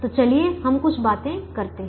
तो चलिए हम कुछ बातें करते हैं